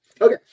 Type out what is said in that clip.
Okay